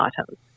items